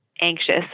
anxious